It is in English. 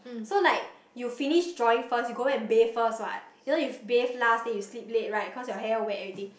so like you finish drawing first you go back and bathe first what you know you bathe last then you sleep late right cause your hair wet and everything